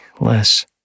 less